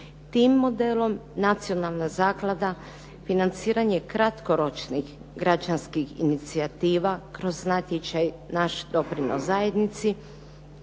Tim modelom nacionalna zaklada, financiranje kratkoročnih građanskih inicijativa kroz natječaj "Naš doprinos zajednici"